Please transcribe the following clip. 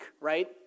right